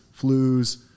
flus